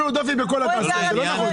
אל תטילו דופי בכל התעשייה, זה לא נכון.